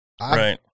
Right